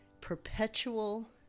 perpetual